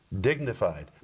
dignified